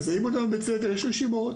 מזהים אותם בבית ספר, יש רשימות.